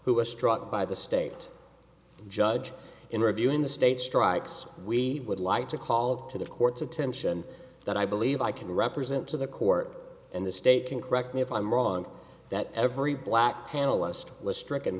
who was struck by the state judge in reviewing the state strikes we would like to call to the court's attention that i believe i can represent to the court and the state can correct me if i'm wrong that every black panelist was stricken